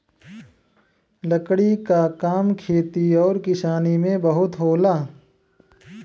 लकड़ी क काम खेती आउर किसानी में बहुत होला